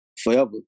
Forever